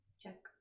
Check